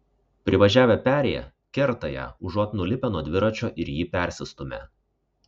privažiavę perėją kerta ją užuot nulipę nuo dviračio ir jį persistūmę